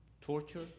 torture